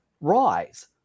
Rise